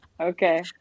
okay